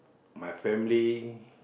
my family